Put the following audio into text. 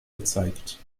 gezeigt